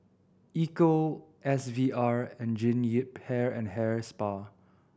Ecco S V R and Jean Yip Hair and Hair Spa